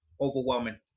overwhelming